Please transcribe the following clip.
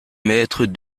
mètres